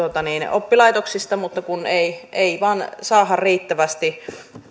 oppilaitoksista mutta kun ei ei vain saada riittävästi